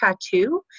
tattoo